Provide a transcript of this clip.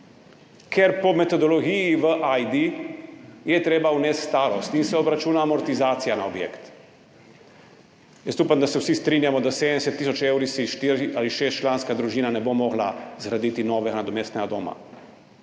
je po metodologiji v [aplikacijo] AJDA treba vnesti starost in se obračuna amortizacija na objekt. Jaz upam, da se vsi strinjamo, da si s 70 tisoč evri štiri ali šestčlanska družina ne bo mogla zgraditi novega nadomestnega doma.